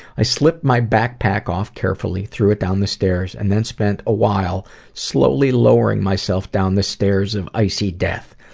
i slipped my backpack off carefully, threw it down the stairs, and then spent a while slowly lowering myself down the stairs of icy death.